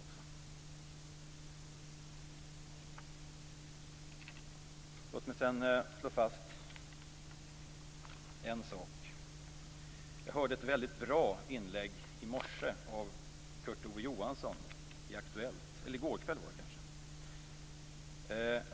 Slutligen vill jag slå fast följande: I går kväll hörde jag i Aktuellt ett väldigt bra inlägg av Kurt Ove Johansson.